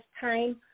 time